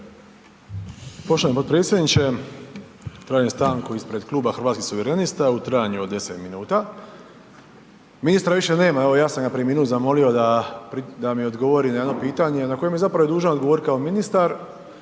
Poštovani potpredsjedniče, tražim stanku ispred Kluba Hrvatskih suverenista u trajanju od 10 minuta. Ministra više nema, evo ja sam ga prije minut zamolio da mi odgovori na jedno pitanje na koje mi je zapravo i dužan odgovorit kao ministar,